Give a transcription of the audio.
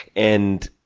and,